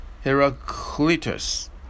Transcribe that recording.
Heraclitus